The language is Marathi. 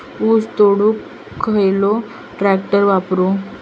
ऊस तोडुक खयलो ट्रॅक्टर वापरू?